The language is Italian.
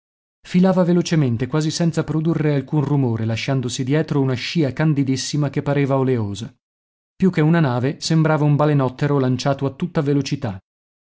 filava velocemente quasi senza produrre alcun rumore lasciandosi dietro una scia candidissima che pareva oleosa più che una nave sembrava un balenottero lanciato a tutta velocità